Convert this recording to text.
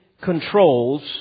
controls